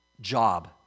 job